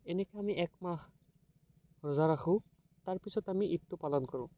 এনেকৈ আমি একমাহ ৰোজা ৰাখোঁ তাৰপিছত আমি ঈদটো পালন কৰোঁ